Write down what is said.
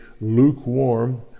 lukewarm